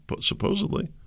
supposedly